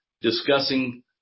discussing